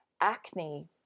acne